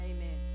Amen